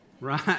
Right